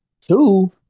Two